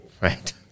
right